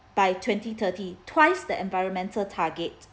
by twenty thirty twice the environmental targets